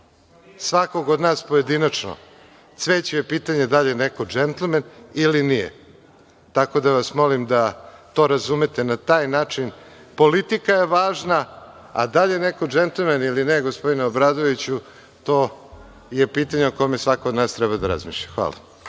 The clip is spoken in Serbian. svakog od nas pojedinačno. Cveće je pitanje da li je neko džentlmen ili nije. Molim vas da to razumete na taj način. Politika je važna, a da li je neko džentlmen ili ne, gospodine Obradoviću, to je pitanje o kome svako od nas treba da razmišlja. Hvala.